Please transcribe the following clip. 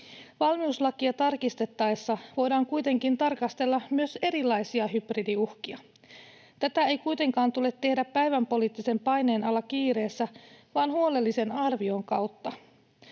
Valmiuslakia tarkistettaessa voidaan kuitenkin tarkastella myös erilaisia hybridiuhkia. Tätä ei kuitenkaan tule tehdä päivänpoliittisen paineen alla kiireessä vaan huolellisen arvion kautta.